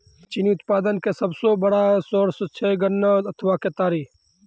चीनी उत्पादन के सबसो बड़ो सोर्स छै गन्ना अथवा केतारी